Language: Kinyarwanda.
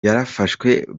yarafashwe